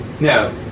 No